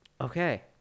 Okay